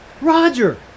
Roger